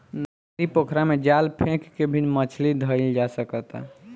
नदी, पोखरा में जाल फेक के भी मछली धइल जा सकता